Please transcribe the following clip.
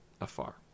Afar